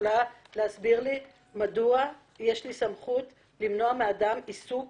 תוכלי להסביר לי מדוע יש לי הסמכות למנוע מאדם עיסוק